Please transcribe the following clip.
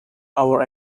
our